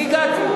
אני הגעתי?